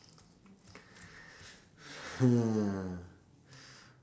hmm